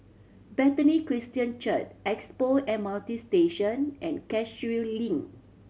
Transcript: Bethany Christian Church Expo M R T Station and Cashew Link